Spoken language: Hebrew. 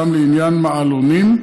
גם לעניין מעלונים,